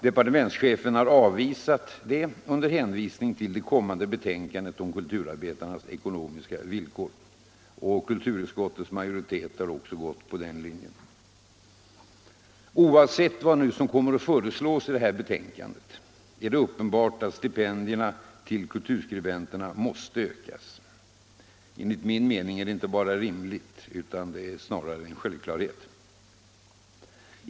Departementschefen har avvisat detta under hänvisning till det kommande betänkandet om kulturarbetarnas ekonomiska villkor. Kulturutskottets majoritet har också gått på denna linje. Oavsett vad som nu kommer att föreslås i detta betänkande är det uppenbart att stipendierna till kulturskribenterna måste ökas. Enligt min mening är detta inte bara rimligt — det är snarast en självklarhet.